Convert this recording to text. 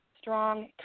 strong